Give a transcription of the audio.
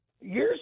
Years